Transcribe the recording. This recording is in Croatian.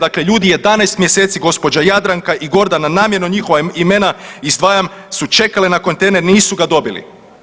Dakle ljudi 11 mjeseci gospođa Jadranka i Gordana, namjerno njihova imena izdvajam, su čekale na kontejner, nisu ga dobili.